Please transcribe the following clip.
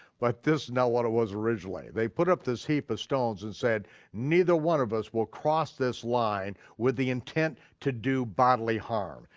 but this is not what it was originally. they put up this heap of stones and said neither one of us will cross this line with the intent to do bodily harm,